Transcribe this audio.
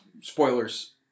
spoilers